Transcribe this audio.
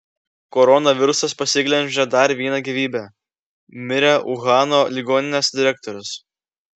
koronavirusas pasiglemžė dar vieną gyvybę mirė uhano ligoninės direktorius